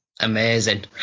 amazing